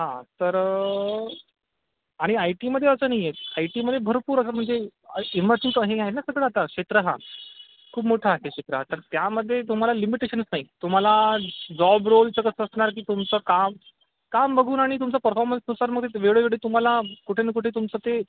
हा तर आणि आय टीमध्ये असं नाही आहे आय टीमध्ये भरपूर असं म्हणजे इमर्जिंग आहे ना सगळं आता क्षेत्र हा खूप मोठा आहे क्षेत्र हा त्यामध्ये तुम्हाला लिमिटेशनस नाही तुम्हाला जॉब रोलचं कसं असणार की तुमचं काम काम बघून आणि परफॉर्मन्सनुसार तुम्हाला वेळोवेळी तुम्हाला कुठे ना कुठे तुमचं ते